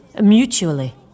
Mutually